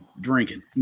drinking